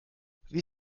wie